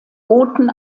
booten